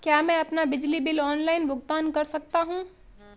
क्या मैं अपना बिजली बिल ऑनलाइन भुगतान कर सकता हूँ?